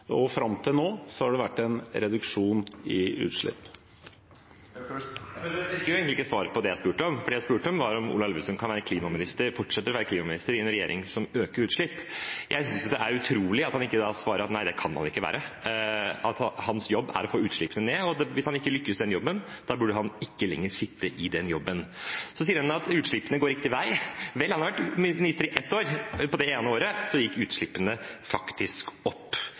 det vært en reduksjon i utslipp. Jeg fikk jo egentlig ikke svar på det jeg spurte om, for det jeg spurte om, var om Ola Elvestuen kan fortsette å være klimaminister i en regjering som øker utslippene. Jeg synes det er utrolig at han da ikke svarer at nei, det kan han ikke være. Hans jobb er å få utslippene ned, og hvis han ikke lykkes med den jobben, burde han ikke lenger sitte i den jobben. Så sier han at utslippene går riktig vei. Vel, han har vært minister i ett år, og på det ene året gikk utslippene faktisk opp.